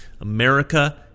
America